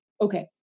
okay